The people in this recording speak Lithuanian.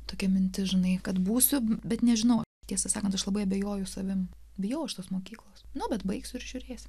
tokia mintis žinai kad būsiu bet nežinau tiesą sakant aš labai abejoju savimi bijau aš tos mokyklos nu bet baigsiu ir žiūrės